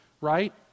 right